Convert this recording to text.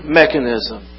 mechanism